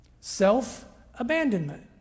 Self-abandonment